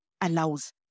allows